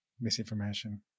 misinformation